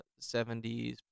70s